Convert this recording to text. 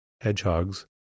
hedgehogs